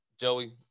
joey